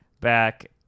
back